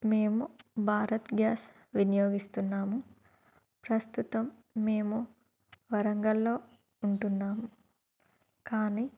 మేము భారత్ గ్యాస్ వినియోగిస్తున్నాము ప్రస్తుతం మేము వరంగల్లో ఉంటున్నాము కానీ